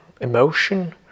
emotion